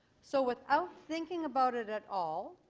so without thinking about it at all